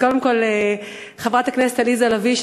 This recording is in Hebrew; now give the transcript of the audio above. אז קודם כול לחברת הכנסת עליזה לביא,